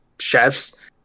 chefs